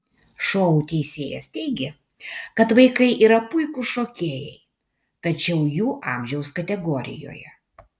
šou teisėjas teigė kad vaikai yra puikūs šokėjai tačiau jų amžiaus kategorijoje